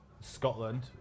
Scotland